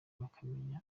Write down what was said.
bakamenya